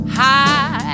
high